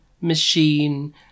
machine